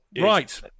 Right